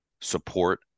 support